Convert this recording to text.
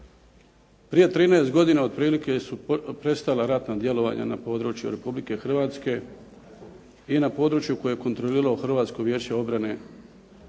godina otprilike su prestala ratna djelovanja na području Republike Hrvatske i na području koje je kontroliralo Hrvatsko vijeće obrane na